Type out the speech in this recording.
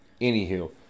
Anywho